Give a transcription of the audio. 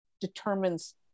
determines